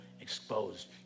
exposed